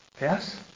Yes